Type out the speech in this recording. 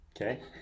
Okay